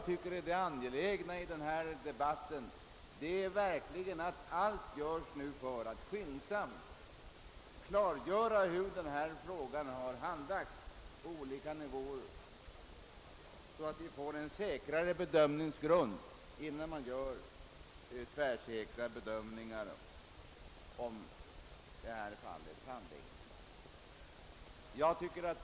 Det verkligt angelägna är att allt nu göres för att skyndsamt klarlägga hur frågan har handlagts på olika nivåer, så att vi får en säkrare bedömningsgrund innan vi gör tvärsäkra påstående därom.